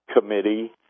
committee